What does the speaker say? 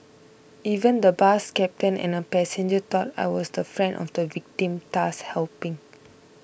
even the bus captain and a passenger thought I was the friend of the victim thus helping